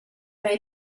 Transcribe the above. may